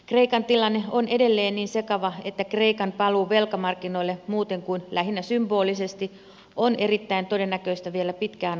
kreikan tilanne on edelleen niin sekava että kreikan paluu velkamarkkinoille muuten kuin lähinnä symbolisesti ei ole todennäköistä vielä pitkään aikaan